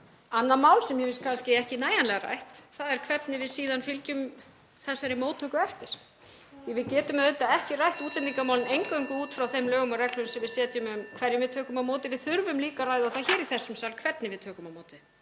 Annað mál sem mér finnst kannski ekki nægjanlega rætt er hvernig við síðan fylgjum þessari móttöku eftir því að við getum auðvitað ekki rætt útlendingamálin (Forseti hringir.) eingöngu út frá þeim lögum og reglum sem við setjum um hverjum við tökum á móti, við þurfum líka að ræða það hér í þessum sal hvernig við tökum á móti